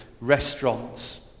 restaurants